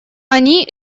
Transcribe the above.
они